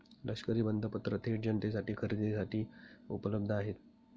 लष्करी बंधपत्र थेट जनतेसाठी खरेदीसाठी उपलब्ध आहेत